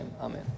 Amen